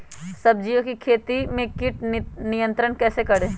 सब्जियों की खेती में कीट नियंत्रण कैसे करें?